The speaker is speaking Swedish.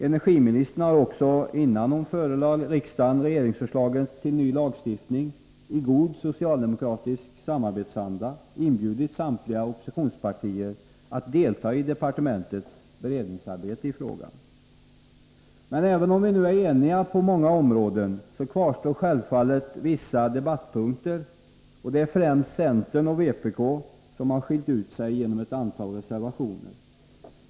Energiministern har också —- innan hon förelade riksdagen regeringsförslaget till ny lagstiftning — i god socialdemokratisk samarbetsanda inbjudit samtliga oppositionspartier att delta i departementets beredningsarbete i frågan. Även om vi nu är eniga på många områden, kvarstår dock självfallet vissa debattpunkter. Främst centern och vpk har skiljt ut sig genom ett antal reservationer.